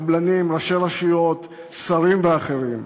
קבלנים, ראשי רשויות, שרים ואחרים.